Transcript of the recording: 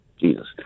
Jesus